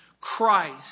Christ